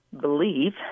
believe